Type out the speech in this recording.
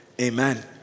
Amen